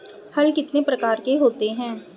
हल कितने प्रकार के होते हैं?